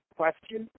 question